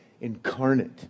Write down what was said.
incarnate